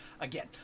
Again